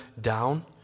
down